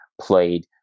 played